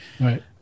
Right